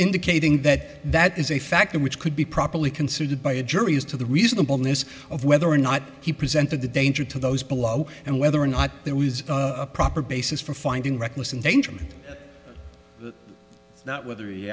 indicating that that is a factor which could be properly considered by a jury as to the reasonableness of whether or not he presented a danger to those below and whether or not there was a proper basis for finding reckless endangerment not whether he